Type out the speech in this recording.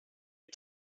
big